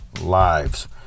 lives